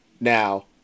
Now